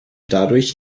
dadurch